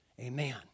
Amen